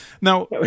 Now